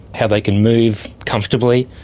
how they can move comfortably,